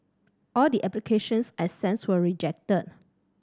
all the applications I sends were rejected